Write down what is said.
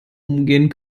umgehen